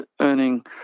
earning